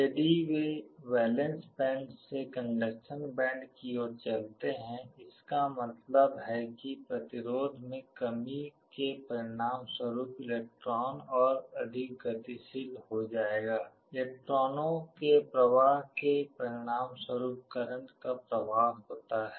यदि वे valence band से कंडक्शन बैंड को ओर चलते हैं इसका मतलब है कि प्रतिरोध में कमी के परिणामस्वरूप इलेक्ट्रॉन और अधिक गतिशील हो जाएगा इलेक्ट्रॉनों के प्रवाह के परिणामस्वरुप करंट का प्रवाह होता है